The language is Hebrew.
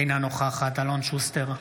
אינה נוכחת אלון שוסטר,